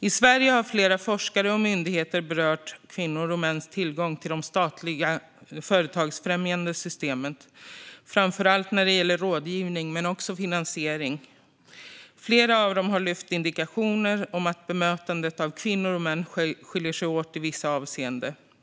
I Sverige har flera forskare och myndigheter berört kvinnors och mäns tillgång till de statliga företagsfrämjande systemen, framför allt när det gäller rådgivning men också när det gäller finansiering. Flera av dem har lyft fram indikationer på att bemötandet av kvinnor och män skiljer sig åt i vissa avseenden.